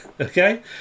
Okay